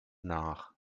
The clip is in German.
nach